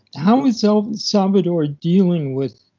how is el salvador dealing with